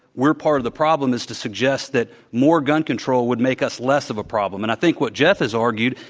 we're part of the problem is to suggest that more gun control would make us less of a problem, and i think what jeff has argued,